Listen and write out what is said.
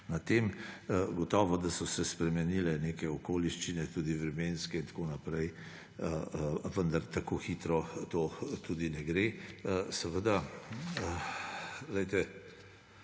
prostoru. Gotovo, da so se spremenile neke okoliščine, tudi vremenske, in tako naprej, vendar tako hitro to tudi ne gre. Ministrstvo